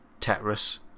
Tetris